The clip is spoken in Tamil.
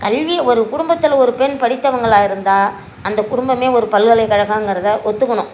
கல்வி ஒரு குடும்பத்தில் ஒரு பெண் படித்தவங்களாக இருந்தால் அந்த குடும்பமே ஒரு பல்கலைகழகங்கிறத ஒத்துக்கணும்